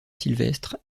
sylvestre